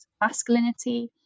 masculinity